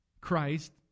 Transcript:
christ